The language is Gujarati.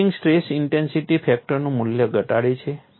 પેચિંગ સ્ટ્રેસ ઇન્ટેન્સિટી ફેક્ટરનું મૂલ્ય ઘટાડે છે